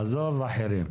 עזוב אחרים.